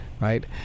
Right